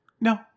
no